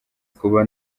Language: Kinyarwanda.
kuba